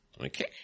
Okay